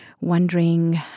wondering